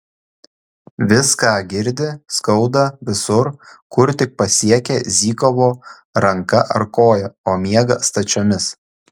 viską girdi skauda visur kur tik pasiekė zykovo ranka ar koja o miega stačiomis